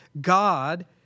God